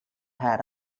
hat